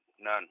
none